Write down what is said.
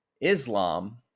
islam